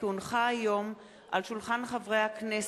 כי הונחו היום על שולחן הכנסת,